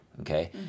okay